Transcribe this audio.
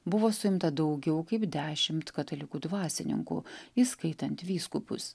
buvo suimta daugiau kaip dešimt katalikų dvasininkų įskaitant vyskupus